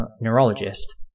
neurologist